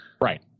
Right